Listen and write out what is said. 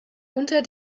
unter